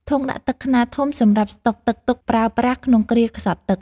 ធុងដាក់ទឹកខ្នាតធំសម្រាប់ស្តុកទឹកទុកប្រើប្រាស់ក្នុងគ្រាខ្សត់ទឹក។